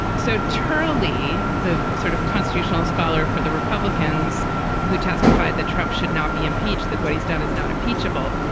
so turley, the sort of constitutional scholar for the republicans who testified that trump should not be impeached, that what he's done is not impeachable,